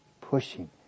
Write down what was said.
pushing